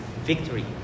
victory